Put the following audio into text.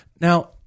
Now